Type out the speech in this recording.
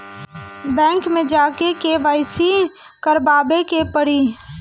Bank मे जा के के.वाइ.सी करबाबे के पड़ी?